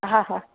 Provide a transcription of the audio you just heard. हा हा